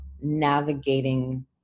navigating